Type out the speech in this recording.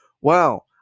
Wow